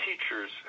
teachers